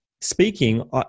Speaking